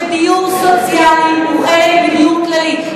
שדיור סוציאלי הוא חלק מדיור כללי.